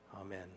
Amen